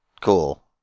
cool